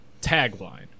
tagline